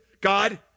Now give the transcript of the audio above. God